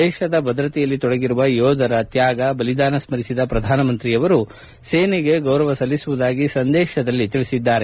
ದೇಶದ ಭದ್ರತೆಯಲ್ಲಿ ತೊಡಗಿರುವ ಯೋಧರ ತ್ನಾಗ ಬಲಿದಾನ ಸ್ಥರಿಸಿದ ಪ್ರಧಾನಮಂತ್ರಿ ಅವರು ಸೇನೆಗೆ ಗೌರವ ಸಲ್ಲಿಸುವುದಾಗಿ ಸಂದೇಶದಲ್ಲಿ ತಿಳಿಸಿದ್ದಾರೆ